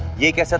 shikha, so